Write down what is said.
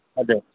हजुर